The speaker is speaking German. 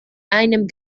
einem